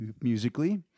musically